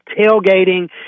Tailgating